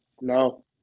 No